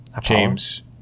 James